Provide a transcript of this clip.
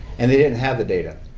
and they didn't have the data.